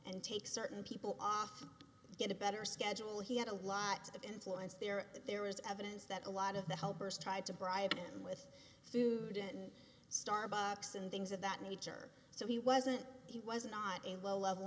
and take certain people off to get a better schedule he had a lot of influence there but there is evidence that a lot of the helpers tried to bribe him with food and starbucks and things of that nature so he wasn't he was not a low level